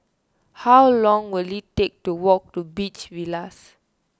how long will it take to walk to Beach Villas